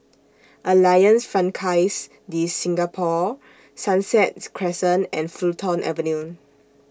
Alliance Francaise De Singapour Sunsets Crescent and Fulton Avenue